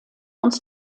uns